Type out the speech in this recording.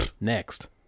next